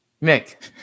Nick